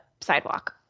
sidewalk